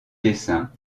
dessin